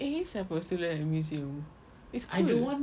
it is supposed to look like a museum it's cool